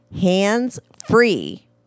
hands-free